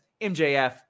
MJF